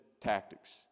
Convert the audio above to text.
tactics